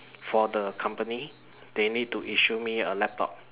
for the company they need to issue me a laptop